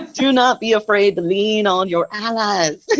ah do not be afraid to lean on your allies? like